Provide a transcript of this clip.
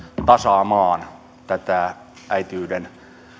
tasaamaan tätä äitiyden